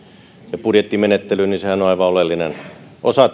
ja budjettimenettely sehän on tässä aivan oleellinen osa